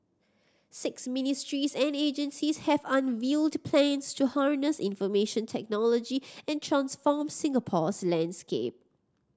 six ministries and agencies have unveiled plans to harness information technology and transform Singapore's landscape